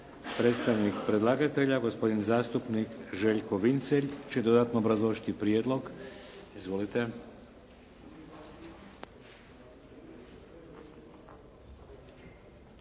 Predstavnik predlagatelja gospodin zastupnik Željko Vincelj će dodatno obrazložiti prijedlog. Izvolite.